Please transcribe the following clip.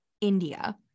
India